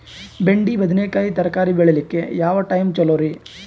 ಬೆಂಡಿ ಬದನೆಕಾಯಿ ತರಕಾರಿ ಬೇಳಿಲಿಕ್ಕೆ ಯಾವ ಟೈಮ್ ಚಲೋರಿ?